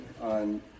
on